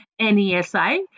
NESA